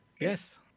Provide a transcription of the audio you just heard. Yes